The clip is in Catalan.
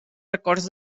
records